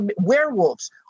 werewolves